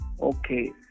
Okay